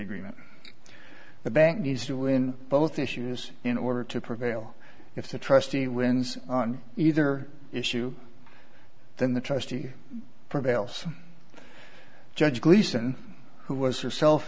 agreement the bank needs to win both issues in order to prevail if the trustee wins on either issue then the trustee prevails judge gleason who was herself